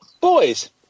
Boys